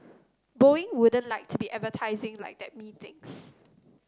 boeing wouldn't like to be advertising like that methinks